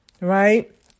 right